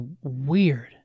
weird